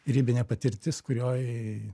ribinė patirtis kurioj